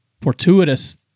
Fortuitous